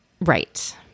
Right